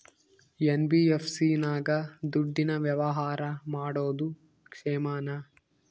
NBFC ನಾಗ ದುಡ್ಡಿನ ವ್ಯವಹಾರ ಮಾಡೋದು ಕ್ಷೇಮಾನ?